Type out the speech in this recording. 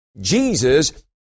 Jesus